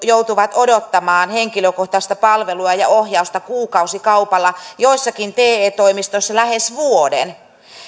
joutuvat odottamaan henkilökohtaista palvelua ja ohjausta kuukausikaupalla joissakin te toimistoissa lähes vuoden